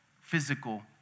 physical